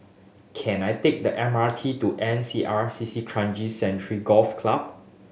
can I take the M R T to N C R C C Kranji Sanctuary Golf Club